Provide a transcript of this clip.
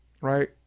right